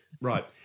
right